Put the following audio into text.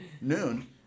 noon